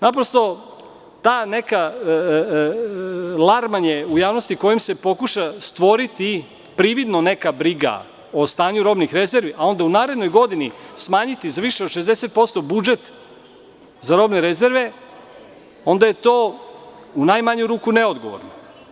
Naprosto, to neko larmanje u javnosti kojim se pokušava stvoriti prividno neka briga o stanju robnih rezervi, a onda u narednoj godini smanjiti za više od 60% budžet za robne rezerve, to je u najmanju ruku neodgovorno.